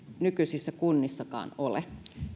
nykyisissä kunnissakaan ole